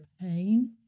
pain